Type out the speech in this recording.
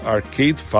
Arcade